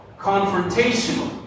confrontational